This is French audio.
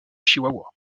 chihuahua